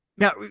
Now